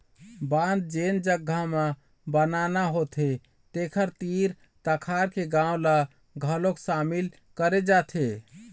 बांध जेन जघा म बनाना होथे तेखर तीर तखार के गाँव ल घलोक सामिल करे जाथे